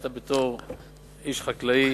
אתה בתור איש חקלאי,